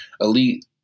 elite